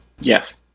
Yes